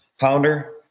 Pounder